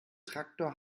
traktor